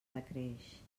decreix